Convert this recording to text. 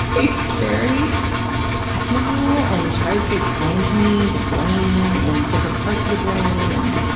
he, he's very technical and he tries to explain to me the brain and different parts of the brain and,